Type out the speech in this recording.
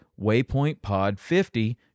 WaypointPod50